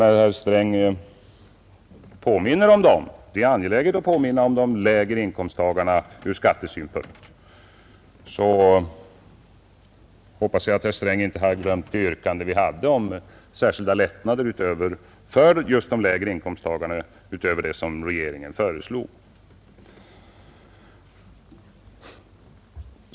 När herr Sträng påminner om dem — och det blir angeläget att påminna om de lägre inkomsttagarna ur skattesynpunkt — hoppas jag att herr Sträng inte har glömt det yrkande vi hade om särskilda lättnader just för de lägre inkomsttagarna utöver dem som regeringen föreslog.